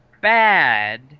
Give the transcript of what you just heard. bad